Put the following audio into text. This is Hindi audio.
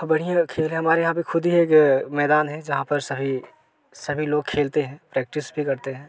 बढ़िया खेल हमारे यहाँ पे खुद ही है मैदान है जहाँ पर सही सभी लोग खेलते हैं प्रैक्टिस भी करते हैं